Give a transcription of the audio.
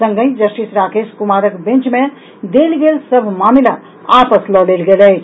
संगहि जस्टिस राकेश कुमारक बेंच के देल गेल सभ मामिला आपस लऽ लेल गेल अछि